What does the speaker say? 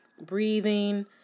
breathing